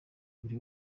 buri